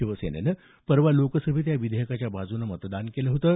शिवसेनेनं परवा लोकसभेत या विधेयकाच्या बाजूनं मतदान केलं होतं